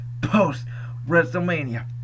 post-WrestleMania